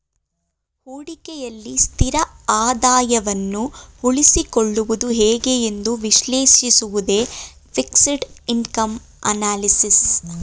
ಹೂಡಿಕೆಯಲ್ಲಿ ಸ್ಥಿರ ಆದಾಯವನ್ನು ಉಳಿಸಿಕೊಳ್ಳುವುದು ಹೇಗೆ ಎಂದು ವಿಶ್ಲೇಷಿಸುವುದೇ ಫಿಕ್ಸೆಡ್ ಇನ್ಕಮ್ ಅನಲಿಸಿಸ್